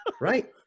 right